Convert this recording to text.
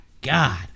God